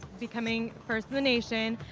becoming first in the nation.